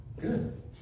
Good